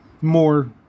more